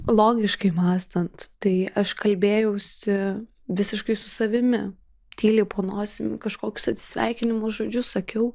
logiškai mąstant tai aš kalbėjausi visiškai su savimi tyliai po nosimi kažkokius atsisveikinimo žodžius sakiau